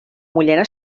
mullena